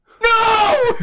No